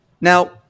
Now